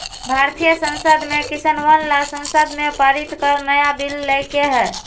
भारतीय संसद ने किसनवन ला संसद में पारित कर नया बिल लय के है